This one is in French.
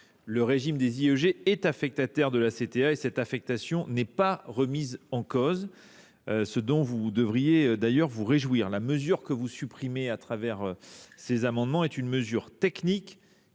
Le régime des IEG est affectataire de la CTA. Cette affectation n’est pas remise en cause, ce dont vous devriez d’ailleurs vous réjouir. L’alinéa 47, que vous entendez supprimer ou modifier à travers ces amendements, est une mesure technique